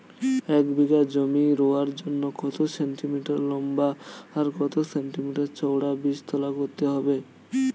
এক বিঘা জমি রোয়ার জন্য কত সেন্টিমিটার লম্বা আর কত সেন্টিমিটার চওড়া বীজতলা করতে হবে?